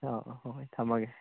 ꯑꯥ ꯑꯥ ꯍꯣꯏ ꯍꯣꯏ ꯊꯝꯃꯒꯦ